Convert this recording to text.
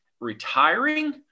retiring